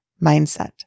mindset